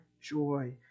joy